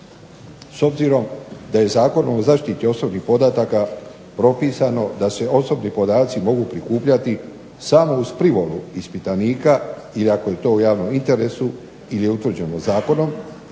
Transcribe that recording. S obzirom da je Zakonom o zaštiti osobnih podataka propisano da se osobni podaci mogu prikupljati samo uz privolu ispitanika ili ako je to u javnom interesu ili je utvrđeno zakonom